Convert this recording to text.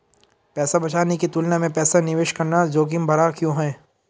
पैसा बचाने की तुलना में पैसा निवेश करना जोखिम भरा क्यों है?